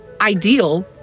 ideal